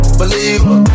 believer